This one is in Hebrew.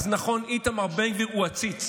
אז נכון, איתמר בן גביר הוא עציץ.